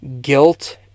Guilt